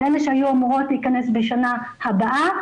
כאלה שהיו אמורות להכנס בשנה הבאה,